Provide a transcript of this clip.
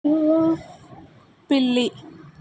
పిల్లి పిల్లి